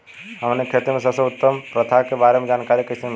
हमन के खेती में सबसे उत्तम प्रथा के बारे में जानकारी कैसे मिली?